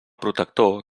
protector